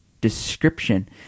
description